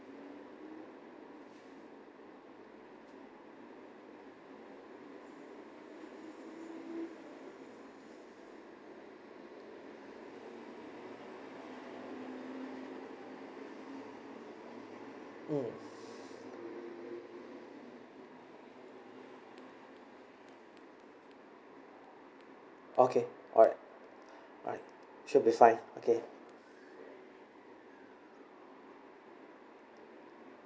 mm okay alright alright sure it will be fine okay